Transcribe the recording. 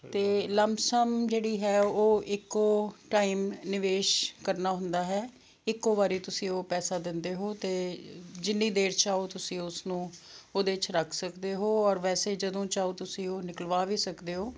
ਅਤੇ ਲੰਬਸਮ ਜਿਹੜੀ ਹੈ ਉਹ ਇੱਕੋ ਟਾਈਮ ਨਿਵੇਸ਼ ਕਰਨਾ ਹੁੰਦਾ ਹੈ ਇੱਕੋ ਵਾਰੀ ਤੁਸੀਂ ਉਹ ਪੈਸੇ ਦਿੰਦੇ ਹੋ ਅਤੇ ਜਿੰਨੀ ਦੇਰ ਚਾਹੋ ਤੁਸੀਂ ਉਸ ਨੂੰ ਉਹਦੇ 'ਚ ਰੱਖ ਸਕਦੇ ਹੋ ਔਰ ਵੈਸੇ ਜਦੋਂ ਚਾਹੋ ਤੁਸੀਂ ਉਹਨੂੰ ਨਿਕਲਵਾ ਵੀ ਸਕਦੇ ਹੋ